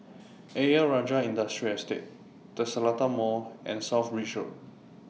Ayer Rajah Industrial Estate The Seletar Mall and South Bridge Road